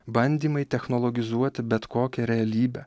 bandymai technologizuoti bet kokią realybę